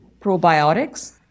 probiotics